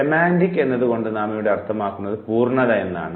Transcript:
semantic എന്നതുകൊണ്ട് നാമിവിടെ അർത്ഥമാക്കുന്നത് പൂർണ്ണത എന്നാണ്